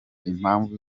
impamvu